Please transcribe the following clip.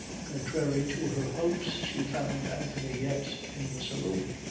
contrary to her hopes she found anthony yet in the saloon.